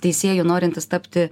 teisėju norintis tapti